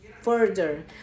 further